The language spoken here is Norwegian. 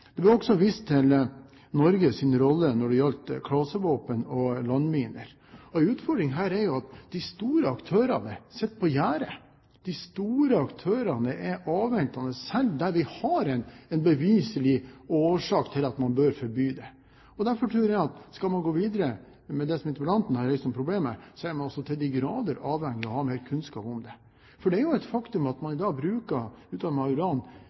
Det ble også vist til Norges rolle når det gjaldt klasevåpen og landminer. En utfordring her er at de store aktørene sitter på gjerdet. De store aktørene er avventende selv der det er en beviselig årsak til at man bør forby det. Derfor tror jeg at skal man gå videre med det interpellanten har reist som problem her, er man så til de grader avhengig av å ha mer kunnskap om det. Det er i dag et faktum at man